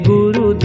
Guru